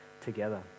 together